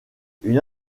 une